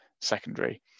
secondary